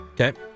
Okay